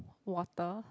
water